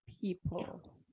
people